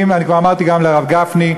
אני כבר אמרתי גם לרב גפני,